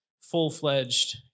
full-fledged